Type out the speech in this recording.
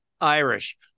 Irish